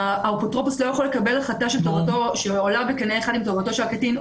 שהאפוטרופוס לא יכול לקבל החלטה שעולה בקנה אחד עם טובתו של הקטין,